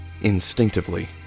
Instinctively